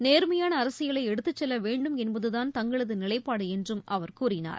நேர்மையான அரசியலை எடுத்துச் செல்ல வேண்டும் என்பதுதான் தங்களது நிலைப்பாடு என்றும் அவர் கூறினார்